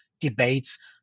debates